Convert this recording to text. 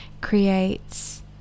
creates